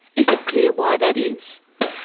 is it clear why that is?